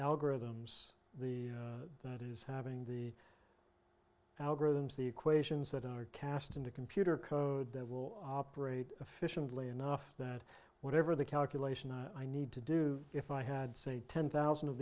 algorithms the that is having the algorithms the equations that are cast into computer code that will operate efficiently enough that whatever the calculation i need to do if i had say ten thousand of